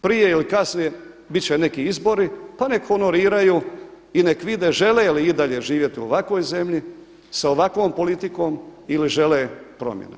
Prije ili kasnije bit će neki izbori pa nek honoriraju i nek vide žele li i dalje živjeti u ovakvoj zemlji sa ovakvom politikom ili žele promjene.